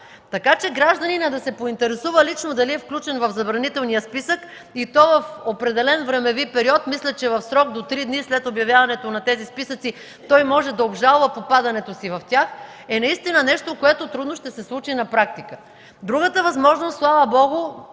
Така че гражданинът да се поинтересува лично дали е включен в забранителния списък, и то в определен времеви период – мисля, че в срок до три дни след обявяването на тези списъци той може да обжалва попадането си в тях, е наистина нещо, което трудно ще се случи на практика. Другата възможност, слава Богу,